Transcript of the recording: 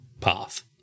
path